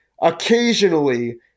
occasionally